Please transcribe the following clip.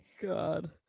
God